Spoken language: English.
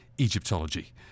Egyptology